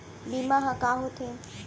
बीमा ह का होथे?